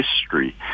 history